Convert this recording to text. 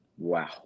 Wow